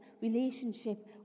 relationship